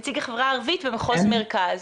נציג החברה הערבית במחוז מרכז.